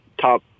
top